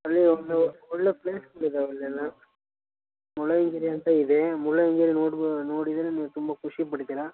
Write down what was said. ಅಲ್ಲಿ ಒಂದು ಒಳ್ಳೆಯ ಪ್ಲೇಸ್ಗಳಿದವೆ ಅಲ್ಲೆಲ್ಲ ಮುಳ್ಳಯ್ಯನಗಿರಿ ಅಂತ ಇದೆ ಮುಳ್ಳಯ್ಯನಗಿರಿ ನೋಡ್ಬ ನೋಡಿದರೆ ನೀವು ತುಂಬ ಖುಷಿಪಡ್ತೀರ